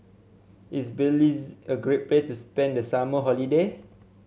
is Belize a great place to spend the summer holiday